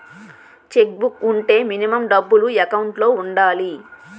Check book వుంటే minimum డబ్బులు account లో ఉండాలి?